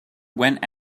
went